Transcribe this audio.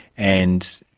and